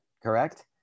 correct